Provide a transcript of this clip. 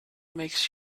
makes